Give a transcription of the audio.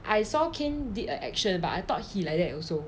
I saw Kain did a action but I thought he like that also